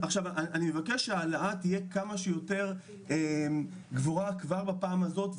אני מבקש שההעלאה תהיה כמה שיותר גבוהה כבר בפעם הזאת,